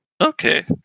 Okay